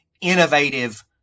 innovative